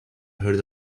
heard